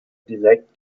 direkt